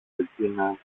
εκείνα